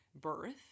birth